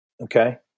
Okay